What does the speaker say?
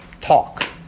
talk